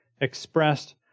expressed